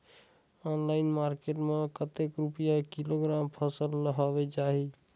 Online market मां कतेक रुपिया किलोग्राम फसल हवे जाही?